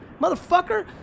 motherfucker